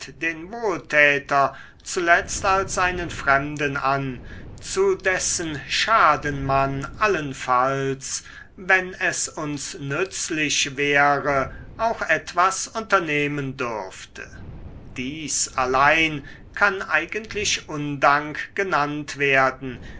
den wohltäter zuletzt als einen fremden an zu dessen schaden man allenfalls wenn es uns nützlich wäre auch etwas unternehmen dürfte dies allein kann eigentlich undank genannt werden